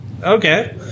okay